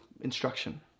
instruction